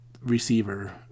receiver